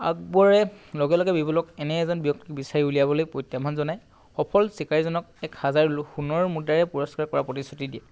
আকবৰে লগে লগে বীৰবলক এনে এজন ব্যক্তিক বিচাৰি উলিয়াবলৈ প্ৰত্যাহ্বান জনায় সফল চিকাৰীজনক এক হাজাৰ সোনৰ মুদ্ৰাৰে পুৰস্কাৰ কৰাৰ প্ৰতিশ্ৰুতি দিয়ে